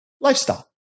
lifestyle